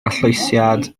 arllwysiad